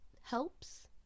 helps